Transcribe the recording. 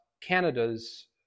Canada's